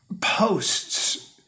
posts